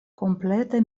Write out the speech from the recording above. komplete